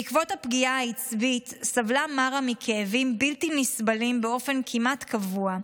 בעקבות הפגיעה העצבית סבלה מארה מכאבים בלתי נסבלים באופן כמעט קבוע.